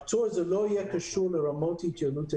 הפטור לא יהיה קשור לרמות התייעלות אנרגטית.